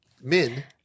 men